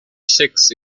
six